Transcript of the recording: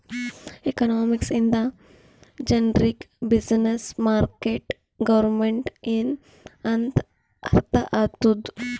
economics ಇಂದ ಜನರಿಗ್ business, market, government ಎನ್ ಅಂತ್ ಅರ್ಥ ಆತ್ತುದ್